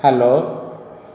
hello